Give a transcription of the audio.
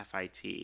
FIT